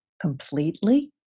completely